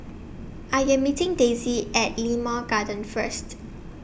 I Am meeting Daisy At Limau Garden First